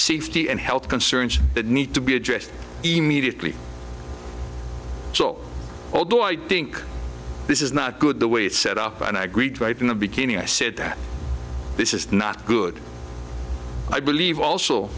safety and health concerns that need to be addressed immediately so although i think this is not good the way it's set up and i agreed to it in the beginning i said that this is not good i believe also